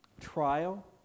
trial